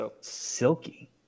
Silky